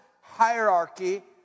hierarchy